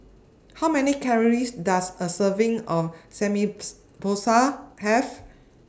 How Many Calories Does A Serving of Samgyeopsal Have